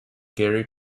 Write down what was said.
gary